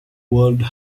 ward